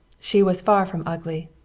she was far from ugly,